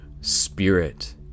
spirit